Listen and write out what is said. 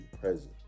present